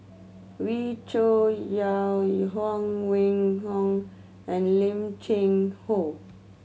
Wee Cho Yaw Huang Wenhong and Lim Cheng Hoe